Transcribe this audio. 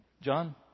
John